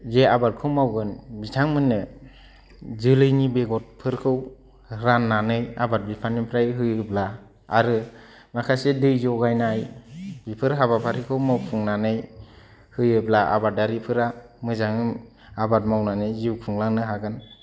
जे आबादखौ मावगोन बिथांमोननो जोलैनि बेगरफोरखौ राननानै आबाद बिफाननिफ्राय होयोब्ला आरो माखासे दै जगायनाय बेफोर हाबाफारिखौ मावफुंनानै होयोब्ला आबादारिफोरा मोजाङै आबाद मावनानै जिउ खुंलांनो हागोन